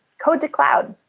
code to cloud.